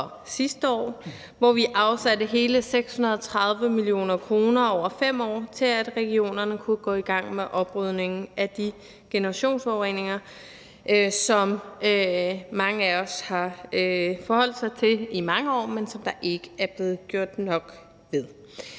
sidste år, hvor vi afsatte hele 630 mio. kr. over 5 år til, at regionerne kunne gå i gang med oprydningen af de generationsforureninger, som mange af os har forholdt os til i mange år, men som der ikke er blevet gjort nok ved.